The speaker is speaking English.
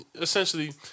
Essentially